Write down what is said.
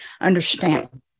understand